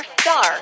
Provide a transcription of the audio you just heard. star